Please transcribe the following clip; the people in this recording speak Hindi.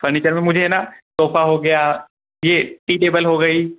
फ़र्नीचर में मुझे ना सोफ़ा हो गया यह टी टेबल हो गई